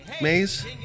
Maze